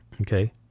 Okay